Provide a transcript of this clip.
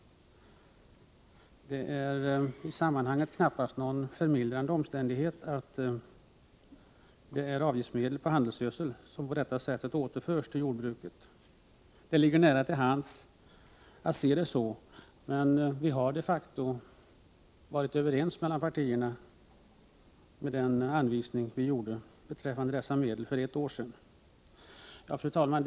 Det är knappast någon förmildrande omständighet att det är avgiftsmedel på handelsgödsel som på detta sätt återförs till jordbruket. Det ligger nära till hands att se det så, men vi var de facto överens partierna emellan om den anvisning som vi gjorde för ett år sedan beträffande dessa medel. Fru talman!